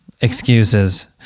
excuses